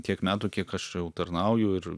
tiek metų kiek aš jau tarnauju ir